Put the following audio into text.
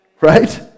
Right